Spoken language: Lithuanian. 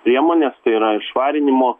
priemonės tai yra švarinimo